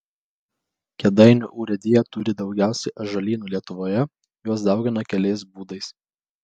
kėdainių urėdija turi daugiausiai ąžuolynų lietuvoje juos daugina keliais būdais